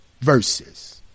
verses